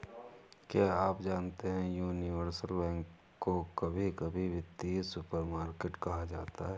क्या आप जानते है यूनिवर्सल बैंक को कभी कभी वित्तीय सुपरमार्केट कहा जाता है?